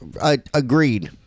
agreed